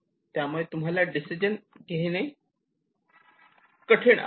त्यामुळे तुम्हाला डिसिजन घेणे कठीण आहे